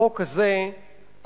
החוק הזה אפל,